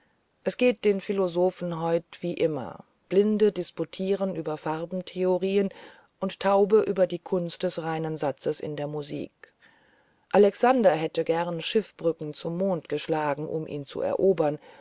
es geht den philosophen heut wie immer blinde disputieren über farbentheorien und taube über die kunst des reinen satzes in der musik alexander hätte gern schiffbrücken zum monde geschlagen um ihn zu erobern